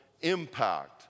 impact